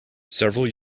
several